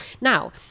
Now